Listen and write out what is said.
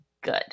good